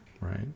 right